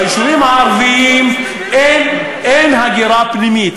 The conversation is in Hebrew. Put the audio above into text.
ביישובים הערביים אין הגירה פנימית,